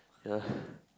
ya